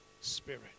Spirit